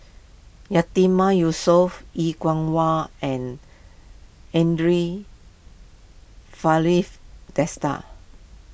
Yatiman Yusof Er Kwong Wah and andre Desker